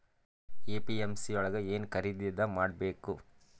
APMC ಯೊಳಗ ಏನ್ ಖರೀದಿದ ಮಾಡ್ಬೇಕು?